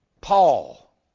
Paul